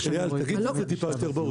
תגיד את זה טיפה יותר ברור,